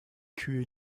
kühe